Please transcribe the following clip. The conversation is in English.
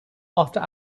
after